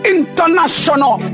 International